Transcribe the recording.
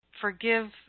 forgive